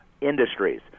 industries